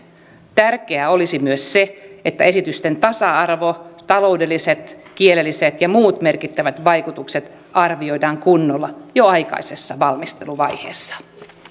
tärkeää olisi myös se että esitysten tasa arvo taloudelliset kielelliset ja muut merkittävät vaikutukset arvioidaan kunnolla jo aikaisessa valmisteluvaiheessa